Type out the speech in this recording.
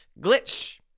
glitch